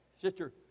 sister